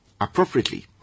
appropriately